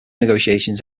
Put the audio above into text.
negotiations